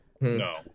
No